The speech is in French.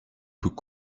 peut